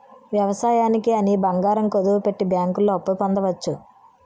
వ్యవసాయానికి అని బంగారం కుదువపెట్టి బ్యాంకుల్లో అప్పు పొందవచ్చు